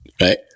right